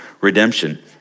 redemption